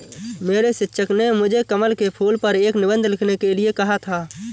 मेरे शिक्षक ने मुझे कमल के फूल पर एक निबंध लिखने के लिए कहा था